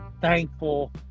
thankful